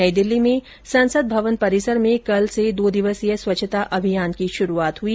नई दिल्ली में संसद भवन परिसर में कल से दो दिवसीय स्वच्छता अभियान की शुरूआत हुई